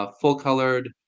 full-colored